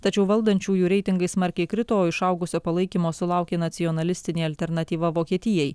tačiau valdančiųjų reitingai smarkiai krito išaugusio palaikymo sulaukė nacionalistinė alternatyva vokietijai